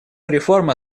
реформа